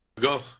go